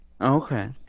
Okay